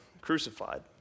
crucified